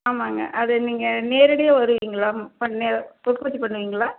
ஆமாங்க அது நீங்கள் நேரடியாக வருவீங்களா உடனே வைச்சி பண்ணுவீங்களா